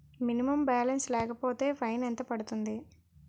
Minimum balance లేకపోతే fine ఎంత పడుతుంది?